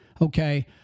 Okay